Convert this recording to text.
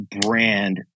brand